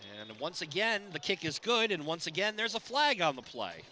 and once again the kick is good and once again there's a flag on the pla